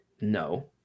No